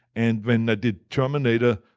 and when i did terminator,